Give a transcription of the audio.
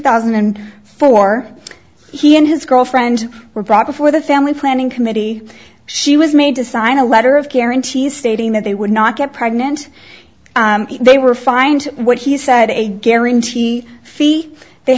thousand and four he and his girlfriend were brought before the family planning committee she was made to sign a letter of guarantees stating that they would not get pregnant they were fined what he said a guarantee fee they